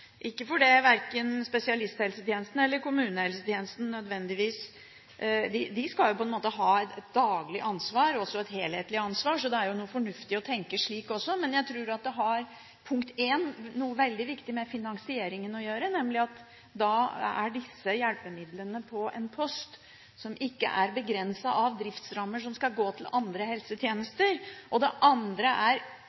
Ikke for det, spesialisthelsetjenesten og kommunehelsetjenesten skal jo ha det daglige – og også et helhetlig – ansvar. Så det er jo noe fornuft i å tenke slik også. Men jeg tror – punkt nr. 1 – at noe veldig viktig har med finansieringen å gjøre, nemlig at da er disse hjelpemidlene under en post som ikke er begrenset av driftsrammer, der noe skal gå til andre